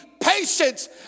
patience